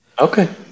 Okay